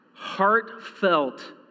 heartfelt